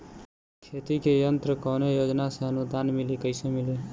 खेती के यंत्र कवने योजना से अनुदान मिली कैसे मिली?